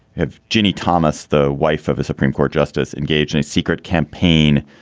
if ginni thomas, the wife of a supreme court justice, engage in a secret campaign,